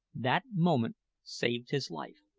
that moment saved his life.